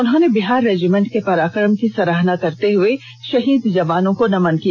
उन्होंने बिहार रेजिमेंट के पराक्रम की सराहना करते हए शहीद जवानों को नमन किया